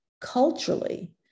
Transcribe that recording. culturally